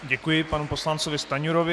Děkuji panu poslanci Stanjurovi.